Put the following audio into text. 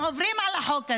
הם עוברים על החוק הזה.